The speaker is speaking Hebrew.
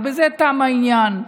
ובזה תם העניין.